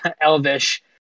elvish